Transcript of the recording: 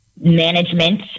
management